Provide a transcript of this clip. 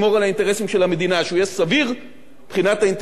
שהוא יהיה סביר מבחינת האינטרסים של מדינת ישראל,